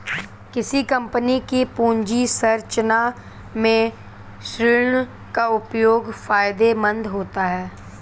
किसी कंपनी की पूंजी संरचना में ऋण का उपयोग फायदेमंद होता है